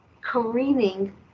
careening